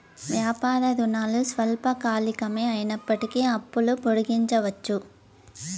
వ్యాపార రుణాలు స్వల్పకాలికమే అయినప్పటికీ అప్పులు పొడిగించవచ్చు